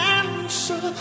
answer